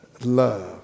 love